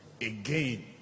again